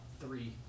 three